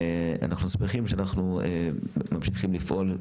ואנחנו שמחים שאנחנו ממשיכים לפעול.